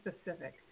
specific